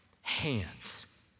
hands